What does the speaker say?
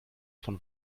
von